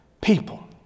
people